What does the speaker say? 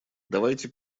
давайте